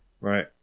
Right